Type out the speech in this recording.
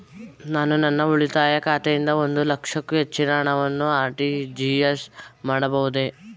ನಾನು ನನ್ನ ಉಳಿತಾಯ ಖಾತೆಯಿಂದ ಒಂದು ಲಕ್ಷಕ್ಕೂ ಹೆಚ್ಚಿನ ಹಣವನ್ನು ಆರ್.ಟಿ.ಜಿ.ಎಸ್ ಮಾಡಬಹುದೇ?